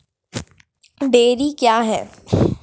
Dairy क्या हैं?